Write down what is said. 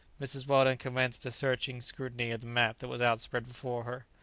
mrs. weldon commenced a searching scrutiny of the map that was outspread before her.